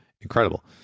incredible